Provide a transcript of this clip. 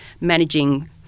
managing